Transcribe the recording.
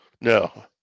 No